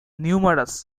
numerous